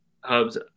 Hubs